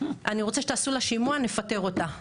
אני רוצה שתעשו לה שימוע ונפטר אותה.